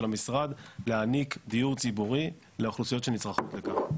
המשרד להעניק דיור ציבורי לאוכלוסיות שנצרכות לכך.